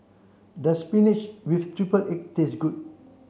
does spinach with triple egg taste good